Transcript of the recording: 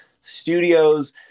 studios